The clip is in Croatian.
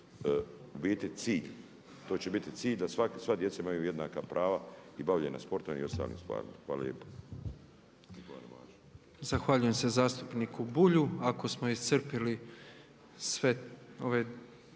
u biti cilj, to će biti cilj da sva djeca imaju jednaka prava i bavljena sportom i ostalim stvarima. Hvala lijepa.